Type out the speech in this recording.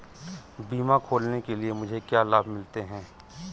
बीमा खोलने के लिए मुझे क्या लाभ मिलते हैं?